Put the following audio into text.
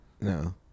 No